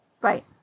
Right